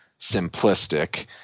simplistic